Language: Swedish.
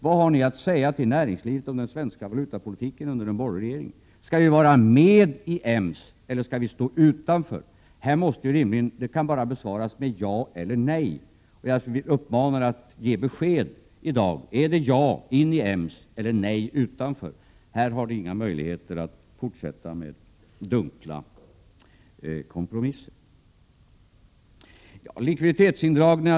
Vad har ni att säga till näringslivet om den svenska valutapolitiken under en borgerlig regering? Skall Sverige vara med i EMS eller skall Sverige stå utanför? Detta kan bara besvaras med ja eller nej. Jag uppmanar er att ge besked i dag. Är svaret ja, dvs. att ni vill att Sverige skall gå in i EMS, eller är svaret nej, dvs. ni vill att Sverige skall stå utanför EMS? Här har ni inga möjligheter att fortsätta med dunkla kompromisser.